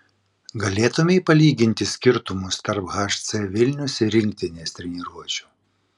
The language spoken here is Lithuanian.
galėtumei palyginti skirtumus tarp hc vilnius ir rinktinės treniruočių